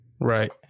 right